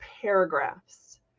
paragraphs